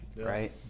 right